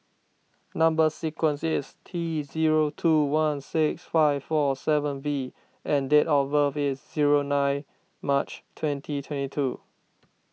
Number Sequence is T zero two one six five four seven V and date of birth is zero nine March twenty twenty two